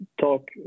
talk